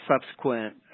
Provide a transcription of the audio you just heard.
subsequent